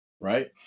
right